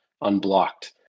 unblocked